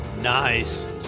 Nice